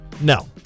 No